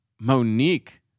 Monique